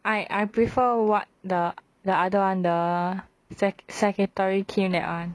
I I prefer what the the other [one] the sec~ secretary kim that [one]